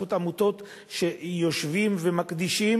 בזכות העמותות שיושבות ומקדישות